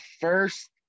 first